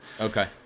Okay